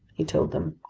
he told them.